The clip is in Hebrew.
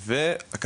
בנוסף,